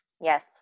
Yes